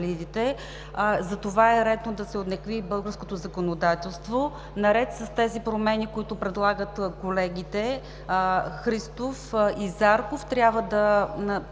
Затова е редно да се уеднакви българското законодателство. Наред с тези промени, които предлагат колегите Христов и Зарков, трябва да